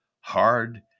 hard